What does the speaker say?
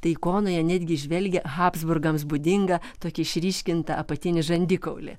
tai ikonoje netgi įžvelgia habsburgams būdingą tokį išryškintą apatinį žandikaulį